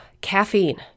Caffeine